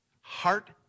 heart